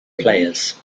players